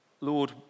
Lord